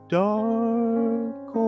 dark